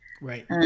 right